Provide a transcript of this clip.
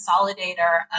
consolidator